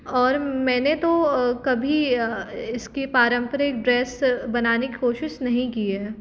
और मैंने तो कभी इसकी पारंपरिक ड्रेस बनाने की कोशिश नहीं की है